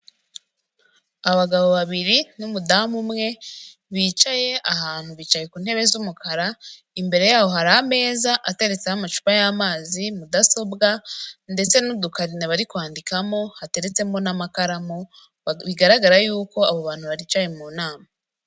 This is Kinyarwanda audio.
Abagabo babiri n'umudamu umwe bicaye ahantu bicaye ku ntebe z'umukara imbere yaho hari ameza ateretseho amacupa y'amazi mudasobwa ndetse n'udukarira bari kwandikamo hateretsemo n'amakaramu bigaragara yuko abo bantu baricaye mu nama.